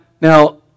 now